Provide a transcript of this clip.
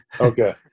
Okay